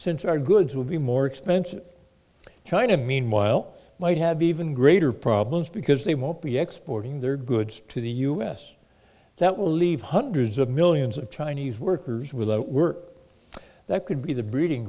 since our goods will be more expensive china meanwhile might have even greater problems because they won't be exporting their goods to the u s that will leave hundreds of millions of chinese workers without were that could be the breeding